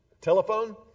telephone